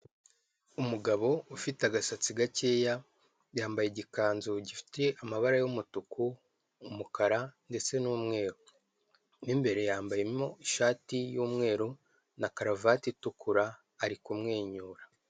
Umugabo ufite agasatsi gakeya yambaye igikanzu gifite amabara y'umutuku, umukara ndetse n'umweru mo imbere yambayemo ishati y'umweru na karuvati itukura ari kumwenyura.